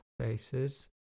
Spaces